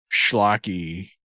schlocky